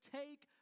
take